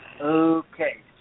Okay